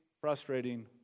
frustrating